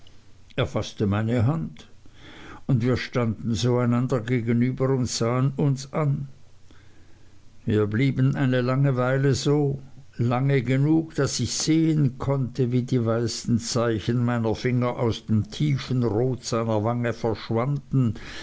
faßte meine hand und wir standen so einander gegenüber und sahen uns an wir blieben eine lange weile so lange genug daß ich sehen konnte wie die weißen zeichen meiner finger aus dem tiefen rot seiner wange verschwanden